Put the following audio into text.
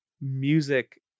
music